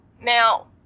Now